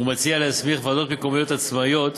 הוא מציע להסמיך ועדות מקומיות עצמאיות